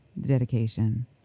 dedication